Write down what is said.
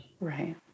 Right